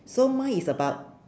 so mine is about